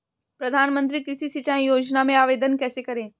प्रधानमंत्री कृषि सिंचाई योजना में आवेदन कैसे करें?